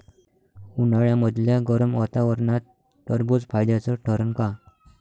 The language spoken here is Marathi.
उन्हाळ्यामदल्या गरम वातावरनात टरबुज फायद्याचं ठरन का?